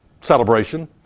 celebration